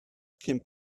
cyn